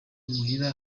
imuhira